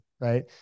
right